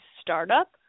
startup